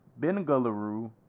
Bengaluru